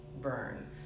burn